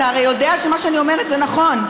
אתה הרי יודע שמה שאני אומרת זה נכון,